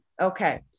Okay